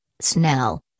Snell